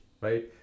right